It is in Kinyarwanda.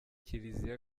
kiliziya